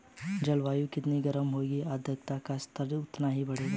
जलवायु जितनी गर्म होगी आर्द्रता का स्तर उतना ही बढ़ेगा